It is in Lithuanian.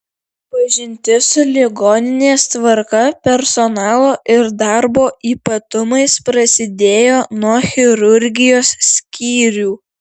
pažintis su ligoninės tvarka personalo ir darbo ypatumais prasidėjo nuo chirurgijos skyrių